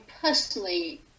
personally